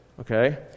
Okay